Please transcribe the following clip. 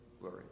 blurry